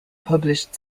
published